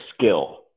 skill